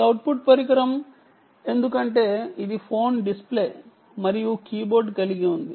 ఈ అవుట్పుట్ పరికరం ఎందుకంటే ఇది ఫోన్ డిస్ప్లే మరియు కీబోర్డ్ కలిగి ఉంది